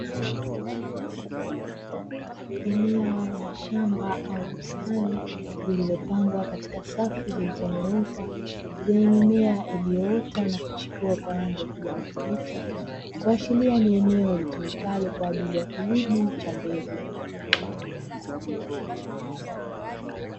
Eneo la shamba au bustani lililopangwa katika safu zilizonyooka zenye mimea iliyoota na kuchipua kwa rangi ya kijani kibichi kuashiria ni eneo litumikalo kwaajili ya kilimo cha mbegu.